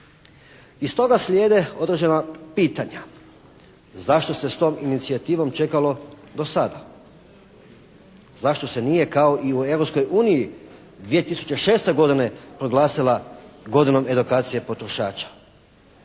Iz toga slijede određena pitanja. Zašto se s tom inicijativom čekalo do sada? Zašto se nije kao i u Europskoj uniji 2006. godine proglasila godinom edukacije potrošača?